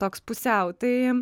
toks pusiau tai